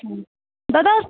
अच्छा दादा